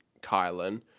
Kylan